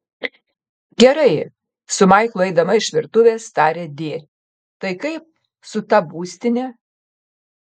gerai su maiklu eidama iš virtuvės tarė di tai kaip su ta būstine